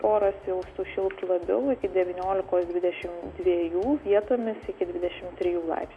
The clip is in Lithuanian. oras jau sušils labiau iki devyniolikos dvidešim dviejų vietomis iki dvidešim trijų laips